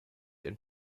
and